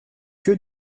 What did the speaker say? que